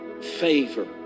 favor